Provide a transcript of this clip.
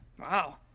wow